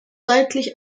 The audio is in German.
seitlich